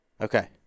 Okay